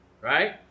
right